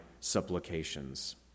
supplications